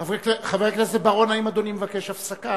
חבר הכנסת בר-און, האם אדוני מבקש הפסקה?